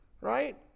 right